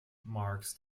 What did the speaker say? marks